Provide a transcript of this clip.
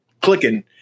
clicking